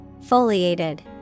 Foliated